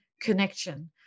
connection